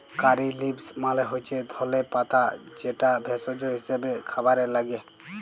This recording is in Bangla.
কারী লিভস মালে হচ্যে ধলে পাতা যেটা ভেষজ হিসেবে খাবারে লাগ্যে